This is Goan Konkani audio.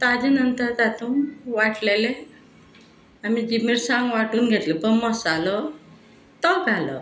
ताजे नंतर तातूं वांटलेलें आमी जी मिरसांग वांटून घेतल पळय मसालो तो घालप